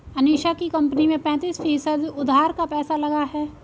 अनीशा की कंपनी में पैंतीस फीसद उधार का पैसा लगा है